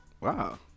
Wow